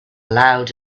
loud